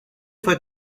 fue